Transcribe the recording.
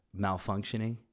malfunctioning